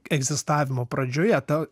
egzistavimo pradžioje ta